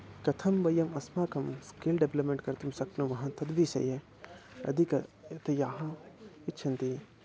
कथं वयम् अस्माकं स्किल् डेवलप्मेण्ट् कर्तुं शक्नुमः तद्विषये अदिकतया इच्छन्ति